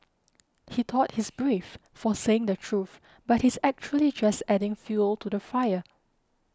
he thought he's brave for saying the truth but he's actually just adding fuel to the fire